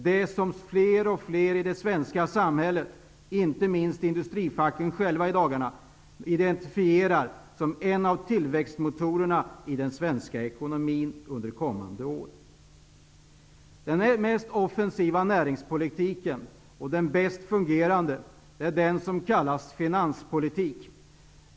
Det är det som fler och fler i det svenska samhället, inte minst industrifacken själva, identifierar som en av tillväxtmotorerna i den svenska ekonomin under kommande år. Det här är den mest offensiva näringspolitiken och den som fungerar bäst. Det är det som kallas finanspolitik.